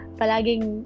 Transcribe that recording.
palaging